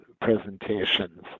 presentations